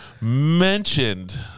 Mentioned